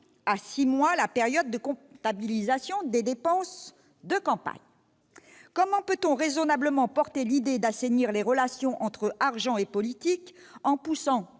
à six mois la période de comptabilisation des dépenses de campagne ? Comment peut-on raisonnablement porter l'idée d'assainir les relations entre argent et politique en poussant